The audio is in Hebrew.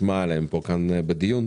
למעשה תהיה לו קצבה גבוהה יותר לפרישה.